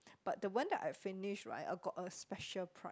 but the one that I finish right I got a special prize